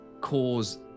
cause